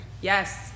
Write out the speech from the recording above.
yes